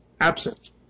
absent